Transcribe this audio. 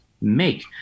make